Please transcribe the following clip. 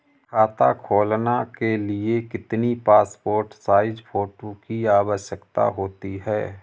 खाता खोलना के लिए कितनी पासपोर्ट साइज फोटो की आवश्यकता होती है?